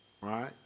Right